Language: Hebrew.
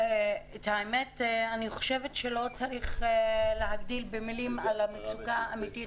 אני חושבת שלא צריך להכביר מילים על המצוקה האמיתית